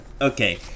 Okay